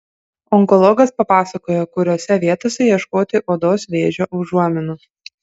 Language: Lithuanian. onkologas papasakojo kuriose vietose ieškoti odos vėžio užuominų